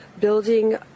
building